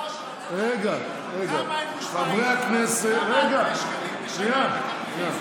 היושב-ראש, צריך להגיד כמה הם מושפעים, רגע, רגע.